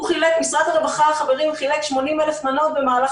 משרד הרווחה חילק 80,000 מנות במהלך